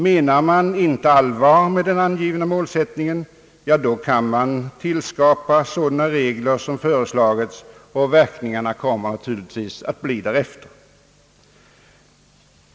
Menar man inte allvar med den angivna målsättningen, ja, då kan man tillskapa sådana regler som föreslagits, och verkningarna blir naturligtvis därefter.